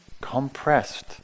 compressed